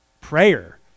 Prayer